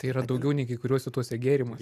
tai yra daugiau nei kai kuriuose tuose gėrimuose